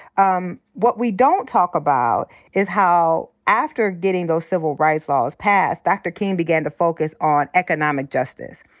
um what we don't talk about is how, after getting those civil rights laws passed, dr. king began to focus on economic justice.